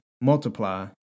multiply